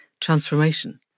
transformation